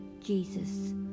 Jesus